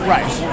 Right